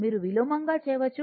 మీరు విలోమంగా చేయవచ్చు